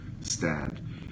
stand